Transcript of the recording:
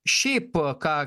šiaip ką